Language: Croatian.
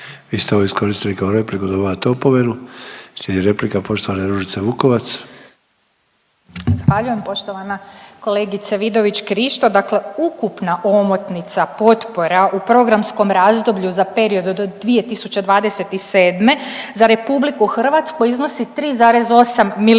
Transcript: Vi ste ovo iskoristili kao repliku, dobivate opomenu. Slijedi replika poštovane Ružice Vukovac. **Vukovac, Ružica (Nezavisni)** Zahvaljujem. Poštovana kolegice Vidović Krišto, dakle ukupna omotnica potpora u programskom razdoblju za period do 2027. za RH iznosi 3,8 milijardi